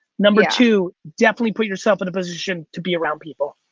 number two, definitely put yourself in a position to be around people.